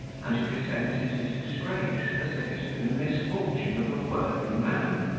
and who resented his disgrace, as if it had been the misfortune of a worthy man.